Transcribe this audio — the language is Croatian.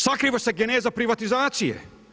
Sakriva se geneza privatizacije.